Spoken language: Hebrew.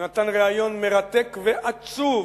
ונתן ריאיון מרתק ועצוב,